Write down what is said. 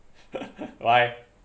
why